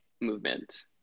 movement